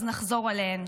אז נחזור עליהן.